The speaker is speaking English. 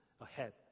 ahead